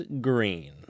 green